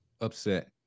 upset